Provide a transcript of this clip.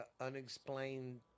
unexplained